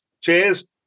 cheers